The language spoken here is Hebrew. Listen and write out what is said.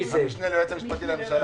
זה המשנה ליועץ המשפטי לממשלה.